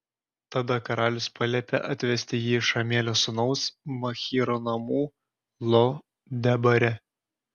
tada karalius paliepė atvesti jį iš amielio sūnaus machyro namų lo debare